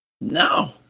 No